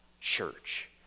church